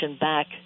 back